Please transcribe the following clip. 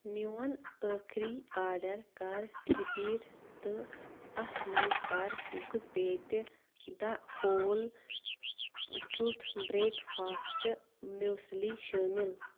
میون ٲخری آرڈَر کَر رِپیٖٹ تہٕ اَتھ منٛز کَر زٕ پیٹہِ the whole truth breakfast muesli شٲمِل